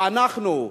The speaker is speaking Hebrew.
ואנחנו,